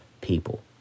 people